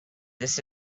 this